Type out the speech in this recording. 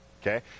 Okay